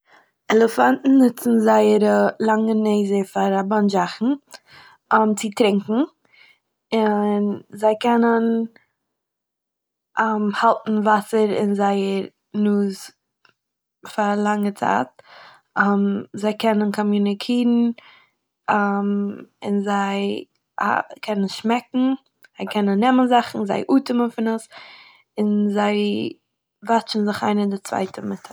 עלעפאנט'ן נוצן זייערע לאנגער נעזער פאר א באנטש זאכן, צו טרינקען און... זיי קענען... האלטן וואסער אין זייער נאז פאר א לאנגע צייט, זיי קענען קאמיוניקירן און זיי קענען שמעקן, זיי קענען נעמען זאכן ,זיי אטעמ'ן פון עס, און זיי וואטשן זיך איינעם דעם צווייטן מיט עס.